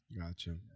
gotcha